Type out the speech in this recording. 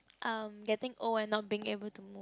um getting old and not being able to move